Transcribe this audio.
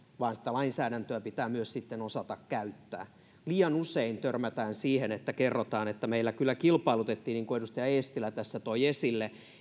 sitä lainsäädäntöä pitää myös sitten osata käyttää liian usein törmätään siihen että kerrotaan että on kilpailutettu niin kuin edustaja eestilä tässä toi esille